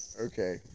Okay